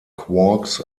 quarks